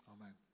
Amen